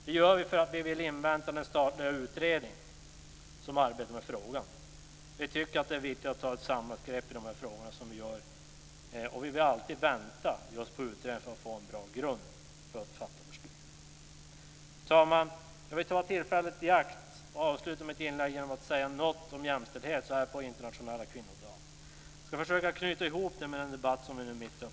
Vi gör det därför att vi vill invänta den statliga utredning som arbetar med frågan. Vi tycker att det är viktigt att ta ett samlat grepp i de här frågorna. Vi vill alltid vänta på just utredningar för att få en bra grund för beslut som ska fattas. Fru talman! Jag vill så här på den internationella kvinnodagen ta tillfället i akt och säga något om jämställdheten och ska försöka knyta ihop det med den debatt som vi nu är mitt uppe i.